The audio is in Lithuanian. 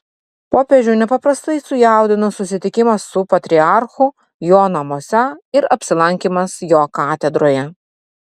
popiežių nepaprastai sujaudino susitikimas su patriarchu jo namuose ir apsilankymas jo katedroje